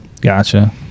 gotcha